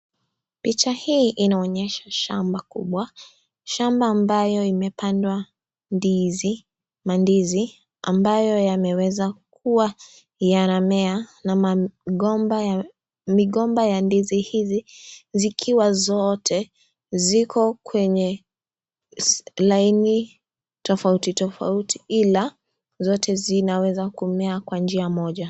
Picha hii inaonyesha shamba kubwa, shamba ambayo imepandwa ndizi, mandizi ambayo yameweza kuwa yanamea na migombo ya ndizi Hizi zikiwa zote ziko kwenye laini tofauti tofauti, ila zote zinawezamea kwa njia moja,